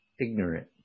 ignorant